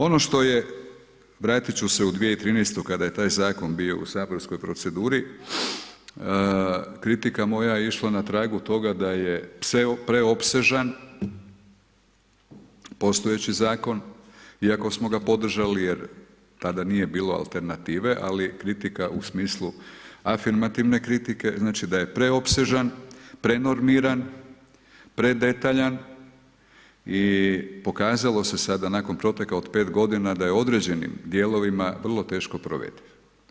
Ono što je, vratit ću se u 2013. kada je taj zakon bio u saborskoj proceduri, kritika moja je išla na tragu toga da je preopsežan postojeći zakon iako smo ga podržali, jer tada nije bilo alternative, ali kritika u smislu afirmativne kritike znači da je preopsežan, prenormiran, predetaljan i pokazalo se sada nakon proteka od 5 godina da je u određenim dijelovima vrlo teško provediv.